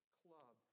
club